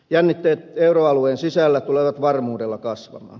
jännitteet euroalueen sisällä tulevat varmuudella kasvamaan